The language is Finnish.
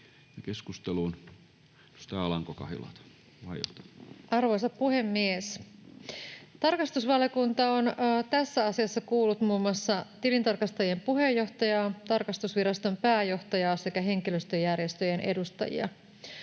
Arvoisa puhemies! Tarkastusvaliokunta on tässä asiassa kuullut muun muassa tilintarkastajien puheenjohtajaa, tarkastusviraston pääjohtajaa sekä henkilöstöjärjestöjen edustajia,